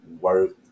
worth